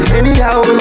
Anyhow